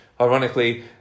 Ironically